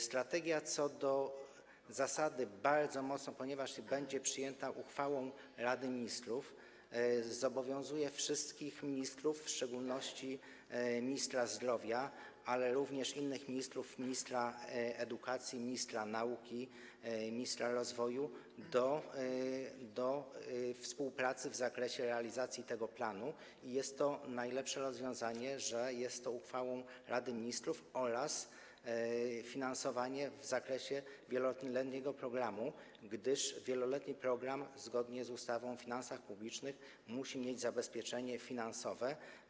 Strategia co do zasady bardzo mocno, ponieważ będzie przyjęta uchwałą Rady Ministrów, zobowiązuje wszystkich ministrów, w szczególności ministra zdrowia, ale również innych ministrów: ministra edukacji, ministra nauki, ministra rozwoju, do współpracy w zakresie realizacji tego planu i jest to najlepsze rozwiązanie, że jest to zrobione uchwałą Rady Ministrów oraz finansowane w zakresie wieloletniego programu, gdyż wieloletni program, zgodnie z ustawą o finansach publicznych, musi mieć zabezpieczenie finansowe.